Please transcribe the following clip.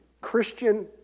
Christian